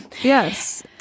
Yes